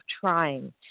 trying